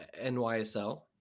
NYSL